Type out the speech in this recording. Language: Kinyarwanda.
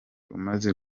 umaze